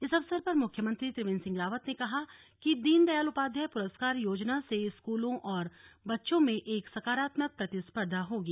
इस अवसर पर मुख्यमंत्री त्रिवेंद्र सिंह रावत ने कहा कि दीनदयाल उपाध्याय पुरस्कार योजना से स्कूलों और बच्चों में एक सकारात्मक प्रतिस्पर्धा होगी